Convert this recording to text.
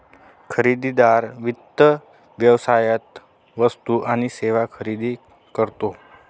खरेदीदार वित्त व्यवसायात वस्तू आणि सेवा खरेदी करतो